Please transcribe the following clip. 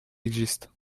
existe